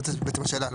זאת בעצם השאלה.